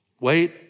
Wait